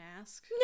ask